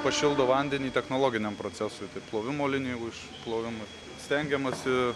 pašildo vandenį technologiniam procesui tai plovimo linijų išplovimui stengiamasi